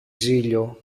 ζήλιω